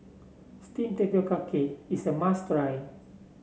steam tapioca is a must try